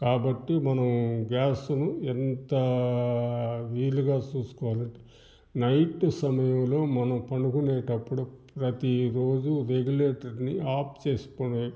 కాబట్టి మనం గ్యాసును ఎంత వీలుగా చూసుకోవాలి నైట్ సమయంలో మనం పడుకునేటప్పుడు ప్రతీ రోజూ గదిలోకెళ్ళి ఆఫ్ చేసుకొని